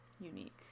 unique